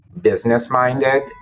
business-minded